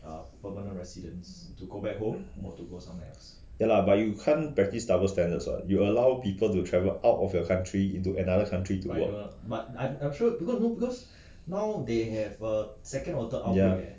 ya lah but you can't practice double standards what you allow people to travel out of your country into another country to work ya